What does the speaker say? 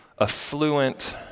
affluent